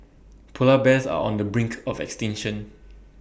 Polar Bears are on the brink of extinction